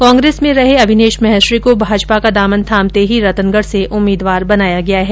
कांग्रेस में रहे अभिनेष महर्षि को भाजपा का दामन थामते ही रतनगढ़ से उम्मीदवार बनाया गया है